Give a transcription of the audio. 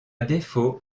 défaut